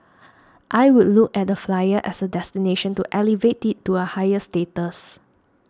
I would look at the Flyer as a destination to elevate it to a higher status